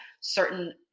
certain